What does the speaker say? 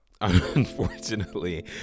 unfortunately